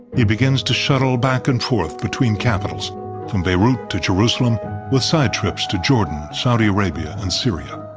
he begins to shuttle back and forth between capitols from beirut to jerusalem with side trips to jordan, saudi arabia and syria.